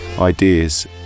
ideas